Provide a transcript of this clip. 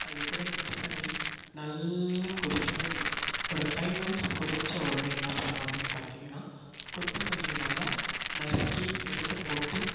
அதுகூட மிக்ஸ் பண்ணி நல்லா கொதிக்க விடணும் ஒரு ஃபைவ் மினிட்ஸ் கொதிச்சவோனே என்ன பண்ணும் அப்படினு பார்த்திங்கனா கொத்தமல்லியை நல்லா நறுக்கி எடுத்துப்போட்டு